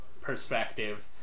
perspective